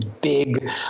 big